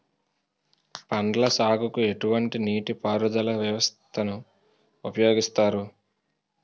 పండ్ల సాగుకు ఎటువంటి నీటి పారుదల వ్యవస్థను ఉపయోగిస్తారు?